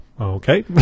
okay